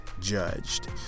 judged